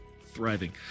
thriving